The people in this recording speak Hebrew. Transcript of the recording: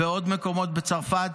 בעוד מקומות בצרפת,